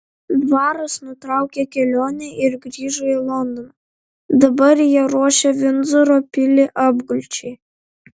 dvaras nutraukė kelionę ir grįžo į londoną dabar jie ruošia vindzoro pilį apgulčiai